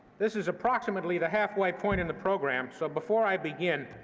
this is approximately the halfway point in the program, so before i begin,